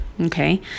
okay